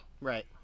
Right